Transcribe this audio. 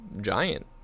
giant